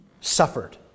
suffered